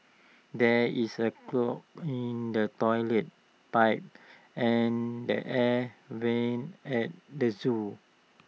there is A clog in the Toilet Pipe and the air Vents at the Zoo